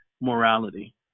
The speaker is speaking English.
morality